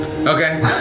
Okay